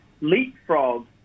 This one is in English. leapfrog